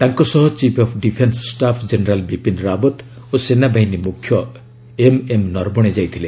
ତାଙ୍କ ସହ chief of defence staff general Bipin Rawat ଓ ସେନାବାହିନୀ ମୁଖ୍ୟ ଏମ୍ଏନ୍ ନରବଣେ ଯାଇଥିଲେ